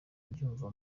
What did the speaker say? ndyumva